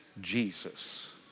Jesus